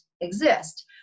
exist